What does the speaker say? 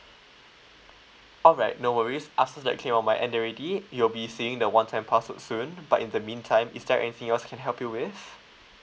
alright no worries passes the claim on my end already you will be seeing the one time password soon but in the meantime is there anything else I can help you with